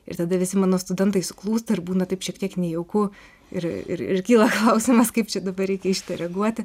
ir tada visi mano studentai suklūsta ir būna taip šiek tiek nejauku ir ir kyla klausimas kaip čia dabar reikia reaguoti